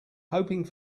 hoping